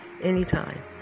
anytime